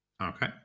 okay